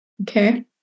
Okay